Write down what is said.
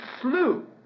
slew